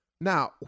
Now